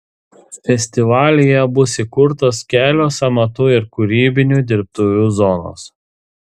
festivalyje bus įkurtos kelios amatų ir kūrybinių dirbtuvių zonos